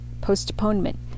postponement